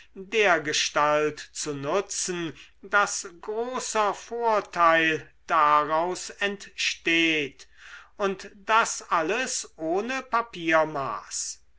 dergestalt zu nutzen daß großer vorteil daraus entsteht und das alles ohne papiermaß